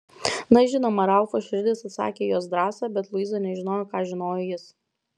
na žinoma ralfo širdis atsakė į jos drąsą bet luiza nežinojo ką žinojo jis